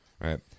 right